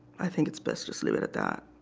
i think it's best just leave it at that